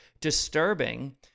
disturbing